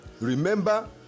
Remember